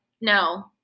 no